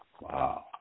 Wow